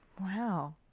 Wow